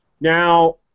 Now